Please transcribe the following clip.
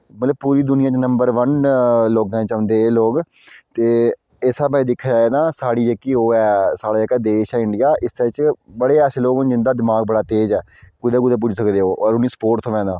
मतलब पूरी दुनिया च नम्बर वन लोगें च औंदे एह् लोग ते इस स्हाबै च दिक्खेआ जा तां साढ़ी जेह्की ओह् ऐ साढ़ा जेह्का देश ऐ इंडिया इस्सै च बड़े ऐसे लोग न जिंदा दमाग बड़ा तेज़ ऐ कुदै कुदै पुज्जी सकदे ओह् अगर उनें सपोट थ्होऐ तां